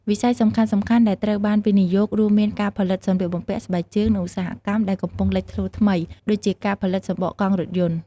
វិស័យសំខាន់ៗដែលត្រូវបានវិនិយោគរួមមានការផលិតសម្លៀកបំពាក់ ស្បែកជើង និងឧស្សាហកម្មដែលកំពុងលេចចេញថ្មី ដូចជាការផលិតសំបកកង់រថយន្ត។